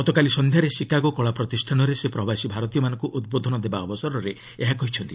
ଗତକାଲି ସନ୍ଧ୍ୟାରେ ସିକାଗୋ କଳା ପ୍ରତିଷ୍ଠାନରେ ସେ ପ୍ରବାସୀ ଭାରତୀୟମାନଙ୍କୁ ଉଦ୍ବୋଧନ ଦେବା ଅବସରରେ ଏହା କହିଛନ୍ତି